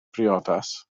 briodas